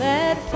Let